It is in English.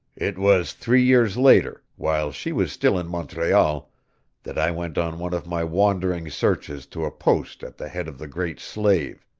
it was three years later while she was still in montreal that i went on one of my wandering searches to a post at the head of the great slave,